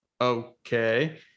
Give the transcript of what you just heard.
okay